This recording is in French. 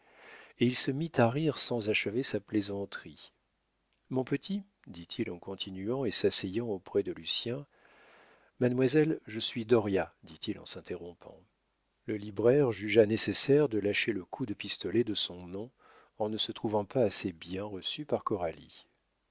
et il se mit à rire sans achever sa plaisanterie mon petit dit-il en continuant et s'asseyant auprès de lucien mademoiselle je suis dauriat dit-il en s'interrompant le libraire jugea nécessaire de lâcher le coup de pistolet de son nom en ne se trouvant pas assez bien reçu par